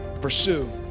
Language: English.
pursue